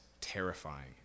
terrifying